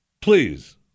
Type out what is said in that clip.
please